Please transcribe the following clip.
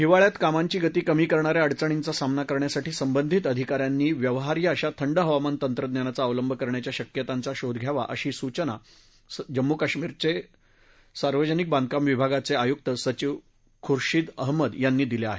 हिवाळ्यात कामाची गती कमी करणाऱ्या अडचणींचा सामना करण्यासाठी संबंधित अधिकाऱ्यांनी व्यवहार्य अशा थंड हवामान तंत्रज्ञानाचा अवलंब करण्याच्या शक्यतांचा शोध घ्यावा अशा सूचना जम्मू कश्मीरमधे सार्वजनिक बांधकाम विभागाचे आयुक्त सचीव खुर्शीद अहमद शाह यांनी दिल्या आहेत